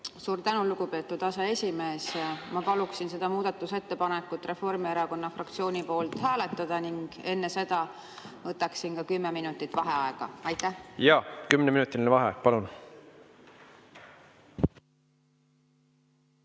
Suur tänu, lugupeetud aseesimees! Ma paluksin seda muudatusettepanekut Reformierakonna fraktsiooni poolt hääletada ning enne seda võtaksin ka kümme minutit vaheaega. Jaa, kümneminutiline vaheaeg, palun!V